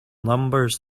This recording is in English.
numbers